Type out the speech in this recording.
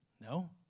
No